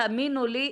תאמינו לי,